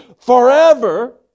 forever